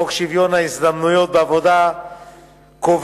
חוק שוויון ההזדמנויות בעבודה קובע